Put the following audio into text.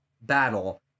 battle